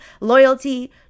loyalty